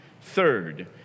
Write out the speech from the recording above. Third